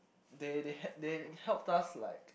they they had they helped us like